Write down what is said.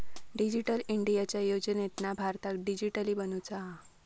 digital इंडियाच्या योजनेतना भारताक डीजिटली बनवुचा हा